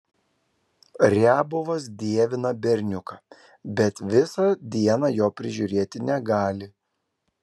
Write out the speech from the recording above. riabovas dievina berniuką bet visą dieną jo prižiūrėti negali